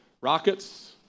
rockets